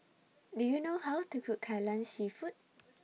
Do YOU know How to Cook Kai Lan Seafood